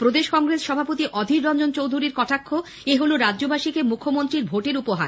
প্রদেশ কংগ্রেস সভাপতি অধীররঞ্জন চৌধুরীর কটাক্ষ এ হলো রাজ্যবাসীকে মুখ্যমন্ত্রীর ভোটের উপহার